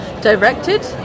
directed